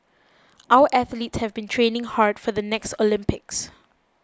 our athletes have been training hard for the next Olympics